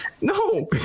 no